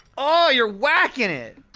ah you're whacking it!